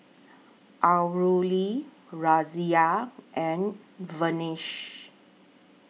Alluri Razia and Verghese